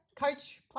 Coach